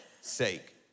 sake